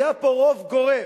היה פה רוב גורף,